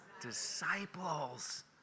disciples